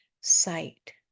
sight